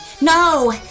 No